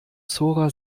zora